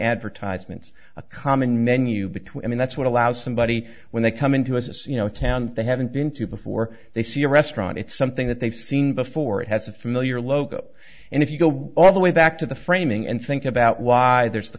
advertisements a common menu between i mean that's what allows somebody when they come into us you know town they haven't been to before they see a restaurant it's something that they've seen before it has a familiar logo and if you go all the way back to the framing and think about why there's the